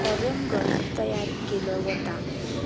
हो रंग तयार केलो वता